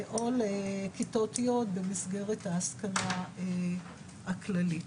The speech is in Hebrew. או לכיתות י' במסגרת ההשכלה הכללית.